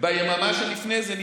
וכמה ביממה שלפני זה?